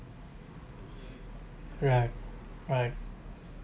right right